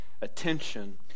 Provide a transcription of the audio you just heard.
attention